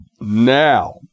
now